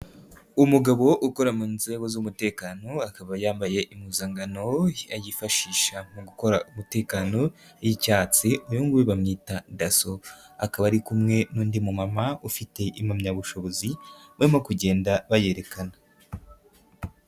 Umugabo wo ukora mu nzego z'umutekano we akaba yambaye impuzankano yifashisha mu gukora umutekano y'icyatsi, uyu nhguyu bamwita daso, akaba ari kumwe n'undi mumama ufite impamyabushobozi barimo kugenda bayerekana.